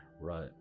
right